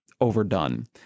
overdone